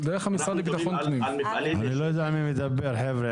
אני לא יודע מי מדבר, חבר'ה.